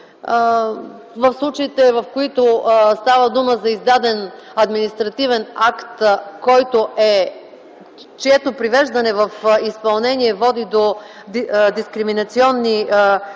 в случаите, в които става дума за издаден административен акт, чието привеждане в изпълнение води до дискриминационни последици,